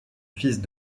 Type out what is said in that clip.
fils